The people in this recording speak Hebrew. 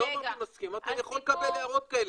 אמרתי שאני יכול לקבל הערות כאלה,